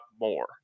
more